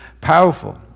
powerful